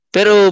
Pero